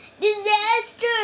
Disaster